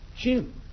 Jim